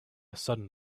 sudden